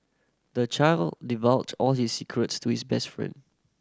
the child divulged all his secrets to his best friend